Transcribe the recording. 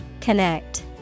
Connect